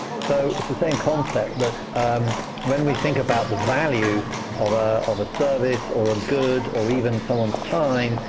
so it's the same concept that when we think about the value of ah of a service, or a good, or even someone's time,